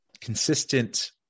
consistent